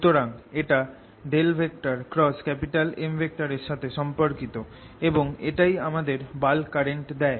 সুতরাং এটা M এর সাথে সম্পর্কিত এবং এটাই আমাদের বাল্ক কারেন্ট দেয়